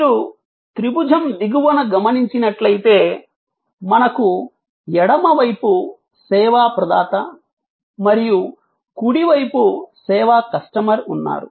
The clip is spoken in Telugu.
మీరు త్రిభుజం దిగువన గమనించినట్లైతే మనకు ఎడమవైపు సేవా ప్రదాత మరియు కుడివైపు సేవా కస్టమర్ ఉన్నారు